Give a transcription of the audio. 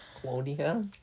Claudia